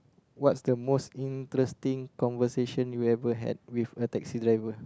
what's the most interesting conversation you ever had with a taxi driver